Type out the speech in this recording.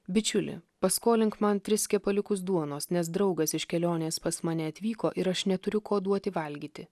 bičiuli paskolink man tris kepaliukus duonos nes draugas iš kelionės pas mane atvyko ir aš neturiu ko duoti valgyti